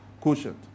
quotient